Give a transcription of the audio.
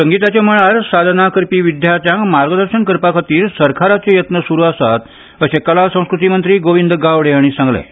संगीताच्या मळार साधना करपी विद्यार्थ्यांक मार्गदर्शन करपा खातीर सरकाराचे येत्न सुरू आसात अर्शे कला संस्कृती मंत्री गोविंद गावडे हांणी सांगलें